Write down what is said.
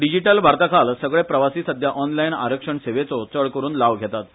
डिजिटल भारताखाल सगळे प्रवासी सध्या ऑनलायन आरक्षण सेवेचो चड करून लाव घेतात